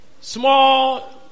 Small